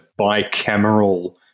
bicameral